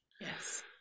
yes